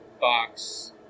box